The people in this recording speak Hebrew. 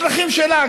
בדרכים שלה,